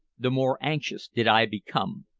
the more anxious did i become.